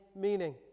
meaning